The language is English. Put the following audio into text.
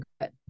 good